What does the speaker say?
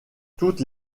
toutes